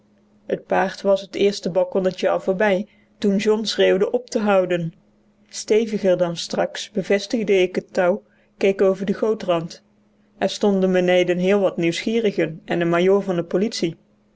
het paard was het eerste balkonnetje al voorbij toen john schreeuwde op te houden steviger dan straks bevestigde ik het touw keek over den gootrand er stonden beneden heel wat nieuwsgierigen en een majoor van de politie